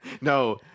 No